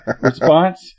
response